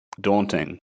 daunting